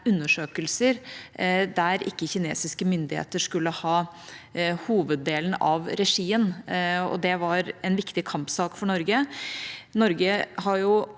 undersøkelser der kinesiske myndigheter ikke skulle ha hoveddelen av regien. Det var en viktig kampsak for Norge. Norge har